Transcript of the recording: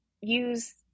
use